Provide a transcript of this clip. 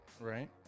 right